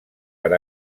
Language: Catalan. per